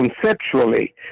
conceptually